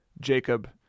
Jacob